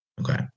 okay